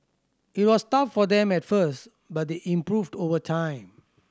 it was tough for them at first but they improved over time